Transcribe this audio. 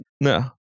No